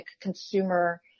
consumer